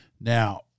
Now